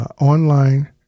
online